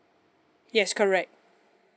yes correct